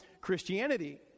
Christianity